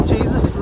Jesus